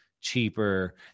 cheaper